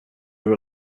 were